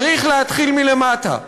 צריך להתחיל מלמטה,